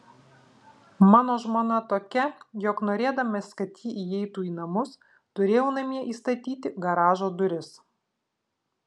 mano žmona tokia jog norėdamas kad ji įeitų į namus turėjau namie įstatyti garažo duris